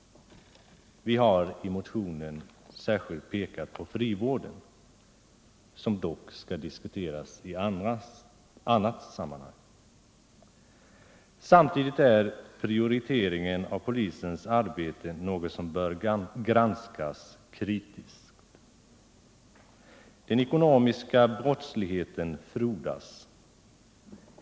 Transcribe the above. Vi har i motionen särskilt pekat på frivården, som dock skall diskuteras i annat sammanhang. Samtidigt är prioriteringen av polisens arbete något som bör granskas kritiskt. Den ekonomiska brottsligheten frodas.